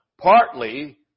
Partly